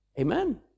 Amen